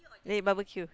then you barbecue